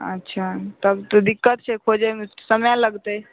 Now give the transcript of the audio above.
अच्छा तब तऽ दिक्कत छै खोजैमे समय लगतै